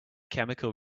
chemical